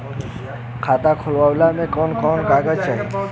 खाता खोलवावे में कवन कवन कागज चाही?